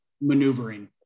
maneuvering